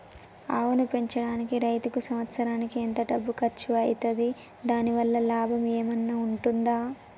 ఆవును పెంచడానికి రైతుకు సంవత్సరానికి ఎంత డబ్బు ఖర్చు అయితది? దాని వల్ల లాభం ఏమన్నా ఉంటుందా?